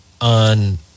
on